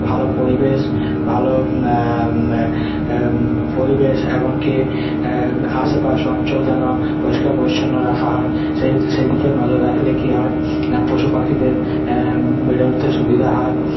ভালো পরিবেশ ভালো পরিবেশ এমনকী আশেপাশ অঞ্চল যেন পরিষ্কার পরিচ্ছন্ন রাখা হয় সেই সেইদিকেও নজর রাখলে কী হয় না পশুপাখিদের বেড়ে উঠতে সুবিধা হয়